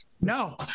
No